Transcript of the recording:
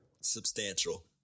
Substantial